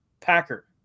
Packer